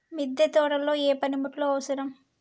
మిద్దె తోటలో ఏ పనిముట్లు అవసరం?